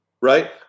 right